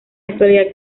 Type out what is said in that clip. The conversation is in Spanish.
actualidad